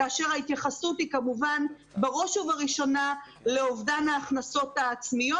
כאשר ההתייחסות היא כמובן לאובדן ההכנסות העצמיות,